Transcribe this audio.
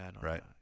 right